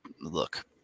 look